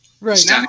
Right